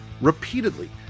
repeatedly